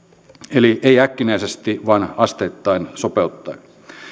eli ei äkkinäisesti vaan asteittain sopeuttaen